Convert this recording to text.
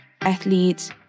Athletes